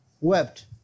wept